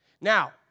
Now